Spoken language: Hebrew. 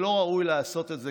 זה לא ראוי לעשות את זה,